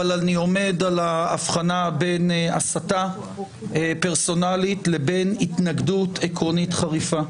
אבל אני עומד על ההבחנה בין הסתה פרסונלית לבין התנגדות עקרונית חריפה.